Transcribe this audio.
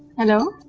hello?